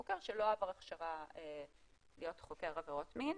חוקר שלא עבר הכשרה להיות חוקר עבירות מין.